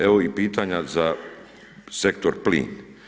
Evo i pitanja za Sektor plin.